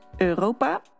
europa